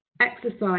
exercise